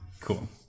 Cool